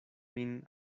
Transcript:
min